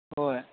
ꯍꯣꯏ